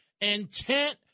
intent